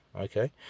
okay